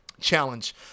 challenge